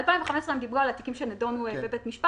הם דיברו על התיקים שנדונו בבית-משפט,